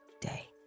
day